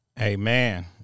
Amen